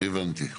הבנתי.